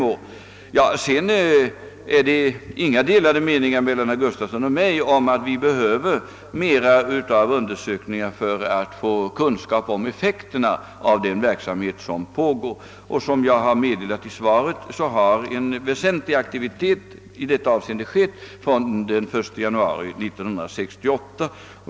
I övrigt råder det inga delade meningar mellan herr Gustavsson och mig om att vi behöver mer undersökningar för att få kunskap om effekterna av den verksamhet som pågår. Som jag meddelat i svaret har en väsentlig aktivitet i detta avseende pågått från den 1 januari 1968.